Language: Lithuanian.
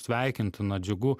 sveikintina džiugu